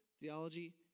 theology